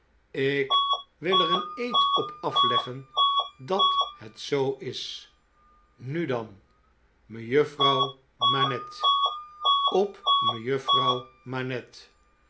ik wil er een eed op afleggen dat het zoo is i nu dan mejuft'rouw manette op